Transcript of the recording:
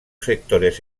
sectores